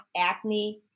acne